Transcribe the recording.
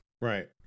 Right